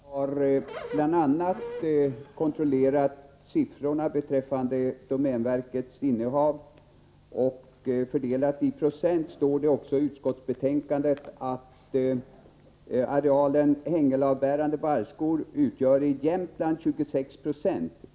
Herr talman! Jag har bl.a. kontrollerat siffrorna beträffande domänverkets innehav. Det står också i utskottsbetänkandet att fördelat i procent av arealen hänglavbärande barrskog utgör statens ägoinnehav i Jämtlands län 26 90.